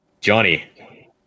Johnny